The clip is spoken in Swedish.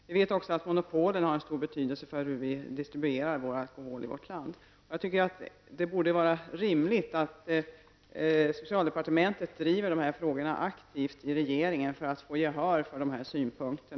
Vi vet också att monopolen har stor betydelse för distributionen av alkohol i vårt land. Det borde vara rimligt att socialdepartementet driver dessa frågor aktivt i regeringen för att få gehör för vissa synpunkter.